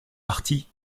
partie